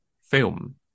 film